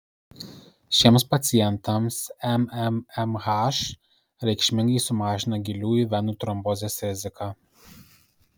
šiems pacientams mmmh reikšmingai sumažina giliųjų venų trombozės riziką